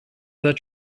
that